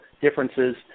differences